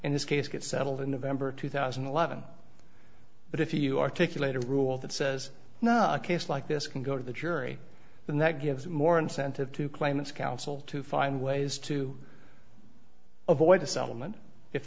in this case get settled in november two thousand and eleven but if you articulate a rule that says not a case like this can go to the jury and that gives more incentive to claimants council to find ways to avoid a settlement if